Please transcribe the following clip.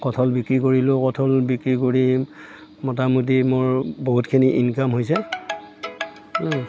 কঠল বিক্ৰী কৰিলোঁ কঠল বিক্ৰী কৰি মোটামুটি মোৰ বহুতখিনি ইনকাম হৈছে